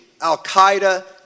Al-Qaeda